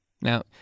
Now